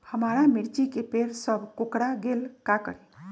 हमारा मिर्ची के पेड़ सब कोकरा गेल का करी?